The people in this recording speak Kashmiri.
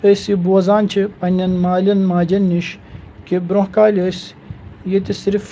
أسۍ یہِ بوزان چھِ پنٛنٮ۪ن مالٮ۪ن ماجٮ۪ن نِش کہِ برٛونٛہہ کالہِ ٲسۍ ییٚتہِ صِرف